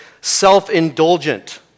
self-indulgent